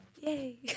Yay